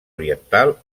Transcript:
oriental